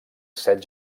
set